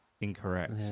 Incorrect